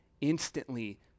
instantly